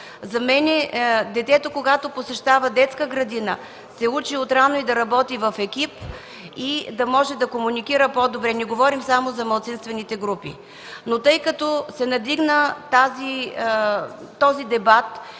За мен когато детето посещава детска градина, се учи отрано да работи и в екип, за да може да комуникира по-добре. Не говорим само за малцинствените групи. Но тъй като се надигна този дебат